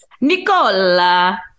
Nicola